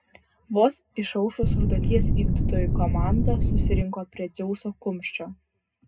vos išaušus užduoties vykdytojų komanda susirinko prie dzeuso kumščio